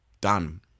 done